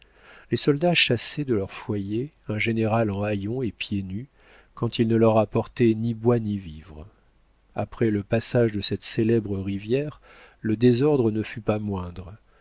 les soldats chassaient de leurs foyers un général en haillons et pieds nus quand il ne leur apportait ni bois ni vivres après le passage de cette célèbre rivière le désordre ne fut pas moindre